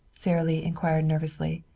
sara lee inquired nervously.